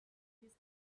this